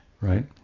right